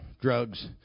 drugs